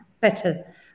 better